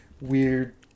weird